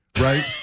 right